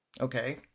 Okay